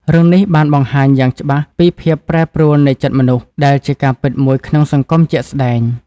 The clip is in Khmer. រឿងនេះបាន បង្ហាញយ៉ាងច្បាស់ពីភាពប្រែប្រួលនៃចិត្តមនុស្ស ដែលជាការពិតមួយក្នុងសង្គមជាក់ស្តែង។